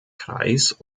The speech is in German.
kreis